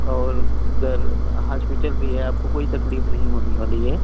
और उधर हास्पिटल भी है आपको कोई तकलीफ नहीं होने वाली है